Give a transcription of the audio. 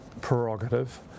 prerogative